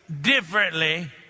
differently